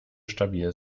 stabil